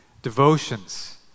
devotions